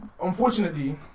Unfortunately